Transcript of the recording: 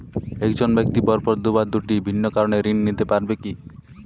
এক জন ব্যক্তি পরপর দুবার দুটি ভিন্ন কারণে ঋণ নিতে পারে কী?